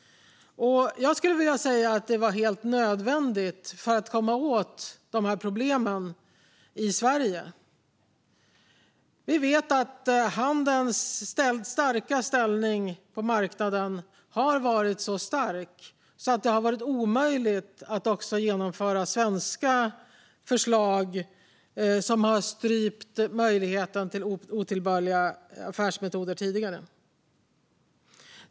Jag skulle vilja säga att det var helt nödvändigt för att komma åt de här problemen i Sverige. Vi vet att handelns ställning på marknaden har varit så stark att det har varit omöjligt att genomföra svenska förslag om att strypa möjligheten till otillbörliga handelsmetoder tidigare.